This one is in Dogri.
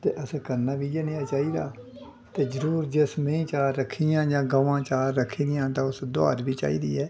ते असें करना बी इ'यै नेहा चाहिदा ते जरूर जिस मैहीं चार रक्खी दियां जां गवां चार रक्खी दियां न तां उस दोहार बी चाहिदी ऐ